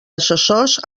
assessors